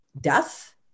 death